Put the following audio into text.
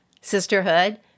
sisterhood